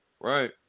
Right